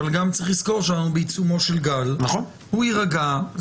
גם צריך לזכור שאנחנו בעיצומו של גל והוא יירגע.